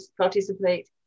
participate